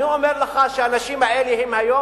אני אומר לך שהאנשים האלה הם שהיום